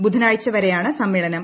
ബുധനാഴ്ച വരെയാണ് സമ്മേളനം